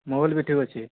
mobile ବି ଠିକ୍ ଅଛି